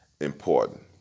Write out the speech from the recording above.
important